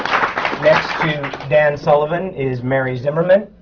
yeah dan sullivan is mary zimmerman.